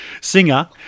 singer